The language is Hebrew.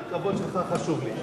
כי הכבוד שלך חשוב לי,